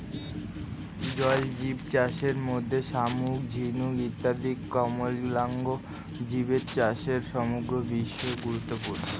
জলজীবচাষের মধ্যে শামুক, ঝিনুক ইত্যাদি কোমলাঙ্গ জীবের চাষ সমগ্র বিশ্বে গুরুত্বপূর্ণ